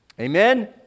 Amen